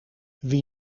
wie